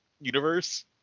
universe